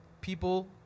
people